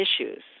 issues